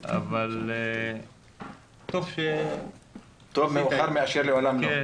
אבל --- טוב מאוחר מאשר לעולם לא.